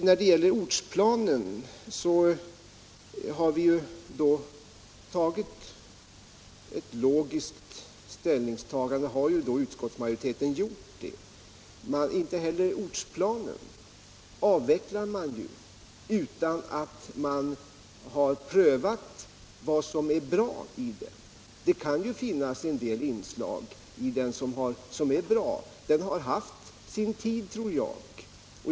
När det gäller ortsplanen har utskottsmajoriteten gjort ett logiskt ställningstagande. Inte heller ortsplanen kan man avveckla utan att ha prövat vad som är bra i den. Det kan ju finnas en del inslag som är bra. Den har haft sin tid, tror jag.